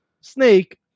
snake